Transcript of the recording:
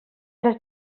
les